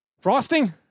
frosting